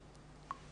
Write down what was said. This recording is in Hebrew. בבקשה.